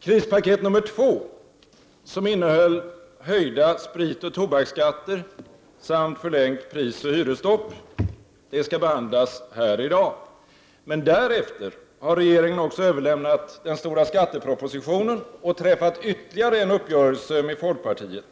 Krispaket nr 2, som innehöll höjda spritoch tobaksskatter samt förlängt prisoch hyresstopp, skall behandlas här i dag: Men därefter har regeringen också överlämnat den stora skattepropositionen och träffat ytterligare en uppgörelse med folkpartiet,